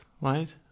right